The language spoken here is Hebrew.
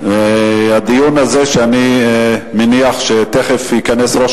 הדיון הזה, ואני מניח שתיכף ייכנס ראש